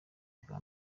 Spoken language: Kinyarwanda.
bwa